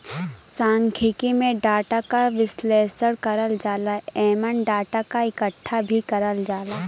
सांख्यिकी में डाटा क विश्लेषण करल जाला एमन डाटा क इकठ्ठा भी करल जाला